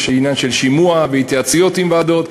יש העניין של שימוע והתייעצויות עם ועדות,